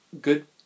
good